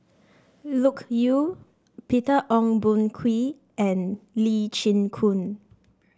Loke Yew Peter Ong Boon Kwee and Lee Chin Koon